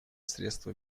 средства